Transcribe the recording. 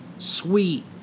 Sweet